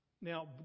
Now